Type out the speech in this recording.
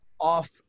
off